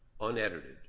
unedited